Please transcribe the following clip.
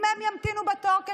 אלה אנשים במצבי קיצון.